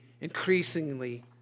increasingly